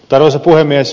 arvoisa puhemies